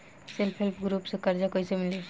Self help group से कर्जा कईसे मिली?